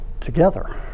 together